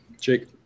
jake